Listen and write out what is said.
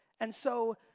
and so,